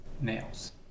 Nails